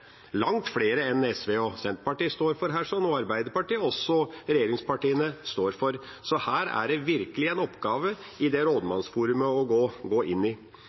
langt flere enn SV, Senterpartiet og Arbeiderpartiet står for, som også regjeringspartiene står for. Her er det virkelig en oppgave å gå inn i for Norsk Rådmannsforum. Som representanten Andersen sa, er det